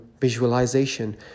visualization